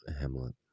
Hamlet